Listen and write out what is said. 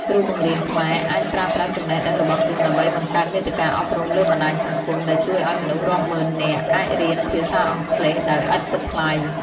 គ្រូបង្រៀនខ្មែរអាចប្រើប្រាស់ចំណេះដឹងរបស់ខ្លួនដើម្បីបង្កើតមាតិកាអប់រំលើបណ្តាញសង្គម ដែលជួយឱ្យមនុស្សរាប់ម៉ឺននាក់អាចរៀនភាសាអង់គ្លេសដោយឥតគិតថ្លៃ។